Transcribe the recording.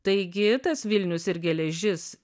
taigi tas vilnius ir geležis